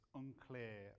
unclear